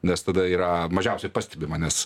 nes tada yra mažiausiai pastebima nes